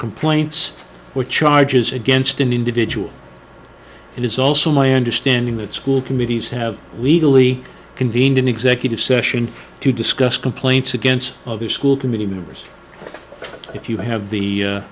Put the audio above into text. complaints or charges against an individual it is also my understanding that school committees have legally convened an executive session to discuss complaints against other school committee members if you have the